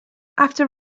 after